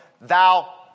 thou